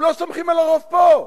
הם לא סומכים על הרוב פה,